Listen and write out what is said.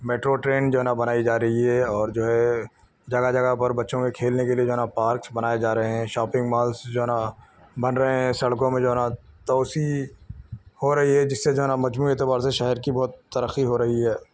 metro train جو ہے نا بنائی جا رہی ہے اور جو ہے جگہ جگہ پر بچوں کے کھیلنے کے لیے جو ہے نا پارکس بنائے جا رہے ہیں شاپنگ مالس جو ہے نا بن رہے ہیں سڑکوں میں جو ہے نا توسیع ہو رہی ہے جس سے جو ہے نا مجموعی اعتبار سے شہر کی بہت ترقی ہو رہی ہے